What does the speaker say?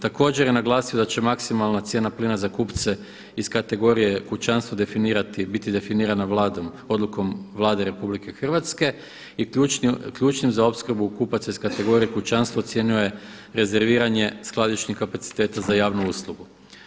Također je naglasio da će maksimalna cijena plina za kupce iz kategorije kućanstvo biti definirano odlukom Vlade RH i ključnim za opskrbu kupaca iz kategorije kućanstvo ocijenio je rezerviranje skladišnih kapaciteta za javnu uslugu.